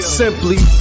simply